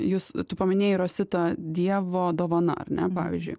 jis tu paminėjai rosita dievo dovana ar ne pavyzdžiui